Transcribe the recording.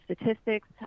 statistics